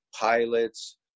pilots